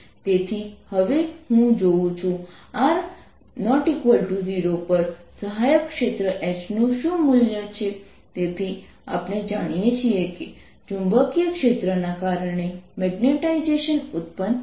Vr 14π0σR ddzr R σR0ln Rr r ≥ R 0 r ≤ R તેથી આપણે આ પ્રોબ્લેમનો જવાબ જાણીએ છીએ જેની આપણે ગણતરી કરી છે